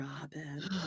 Robin